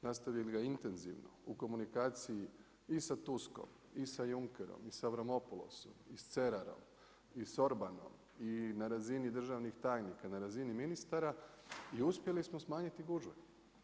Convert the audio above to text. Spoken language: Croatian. Nastavili ga intenzivno u komunikaciji i sa Tooskom i sa Junckerom i sa Avramopoulosom i sa Cerarom i sa Orbanom i na razini državnih tajnika, na razini ministara i uspjeli smo smanjiti gužve.